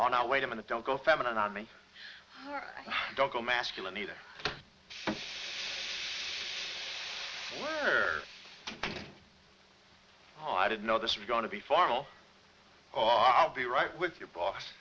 on hour wait a minute don't go feminine on me don't go masculine either or oh i didn't know this was going to be formal or i'll be right with your boss